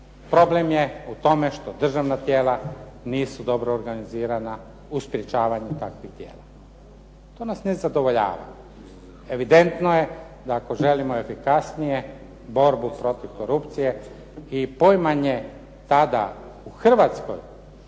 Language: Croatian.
problem je u tome što državna tijela nisu dobro organizirana u sprječavanju takvih djela. To nas ne zadovoljava. Evidentno je da ako želimo efikasnije borbu protiv korupcije i poimanje tada u Hrvatskoj